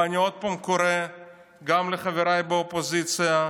ואני עוד פעם קורא גם לחבריי באופוזיציה,